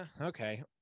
okay